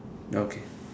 okay